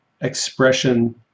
expression